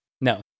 No